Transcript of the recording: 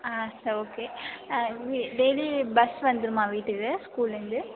சரி okay daily bus வந்துருமா வீட்டுக்கு ஸ்கூலில்ருந்து